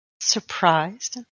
surprised